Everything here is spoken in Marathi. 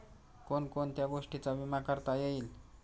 कोण कोणत्या गोष्टींचा विमा करता येईल?